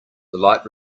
light